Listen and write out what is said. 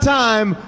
time